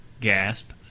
Gasp